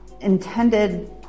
intended